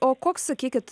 o koks sakykit